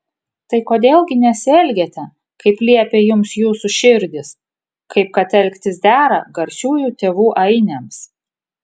tai kodėl gi nesielgiate kaip liepia jums jūsų širdys kaip kad elgtis dera garsiųjų tėvų ainiams